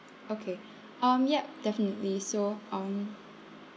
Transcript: okay um yup definitely so um